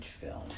film